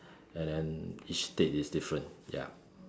and then each state is different ya